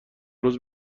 روز